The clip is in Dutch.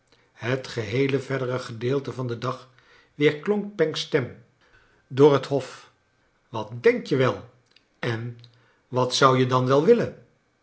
het gcheele verdere gedeelte van den dag weerklonk pancks stem door het hof wat denk je wel en wat zou je dan wel willen